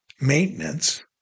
Maintenance